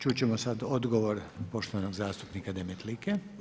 Čut ćemo sad odgovor poštovanog zastupnika Demetlike.